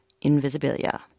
Invisibilia